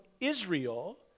Israel